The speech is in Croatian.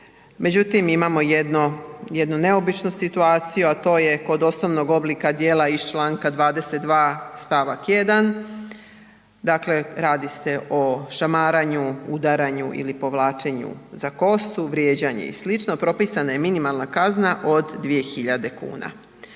Međutim, imamo jednu neobičnu situaciju, a to je kod osnovnog oblika djela iz Članka 22. stavak 1. dakle radi se o šamaranju, udaranju ili povlačenju za kosu, vrijeđanju i sl., propisana je minimalna kazna od 2.000 kuna.